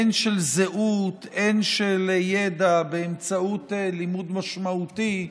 הן של זהות, הן של ידע, באמצעות לימוד משמעותי,